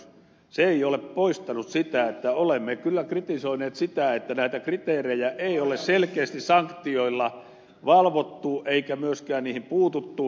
se ei ole poistanut sitä että olemme kyllä kritisoineet sitä että näitä kriteerejä ei ole selkeästi sanktioilla valvottu eikä myöskään niihin puututtu